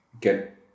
get